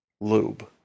Lube